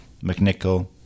McNichol